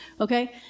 okay